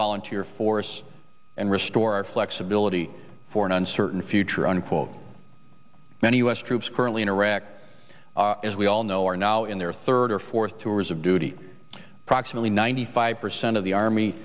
volunteer force and restore our flexibility for an uncertain future unquote many u s troops currently in iraq as we all know are now in their third or fourth tours of duty proximately ninety five percent of the army